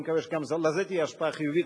אני מקווה שלזה תהיה השפעה חיובית,